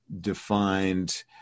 defined